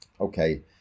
okay